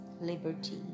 liberty